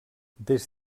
des